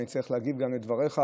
אני צריך להגיב גם לדבריך,